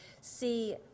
see